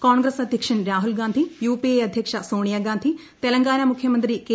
കോൺഗ്രസ് അധ്യക്ഷൻ Rahul Gandhi U P A അധ്യക്ഷ സോണിയഗാന്ധി തെലങ്കാന മുഖ്യമന്ത്രി കെ